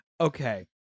Okay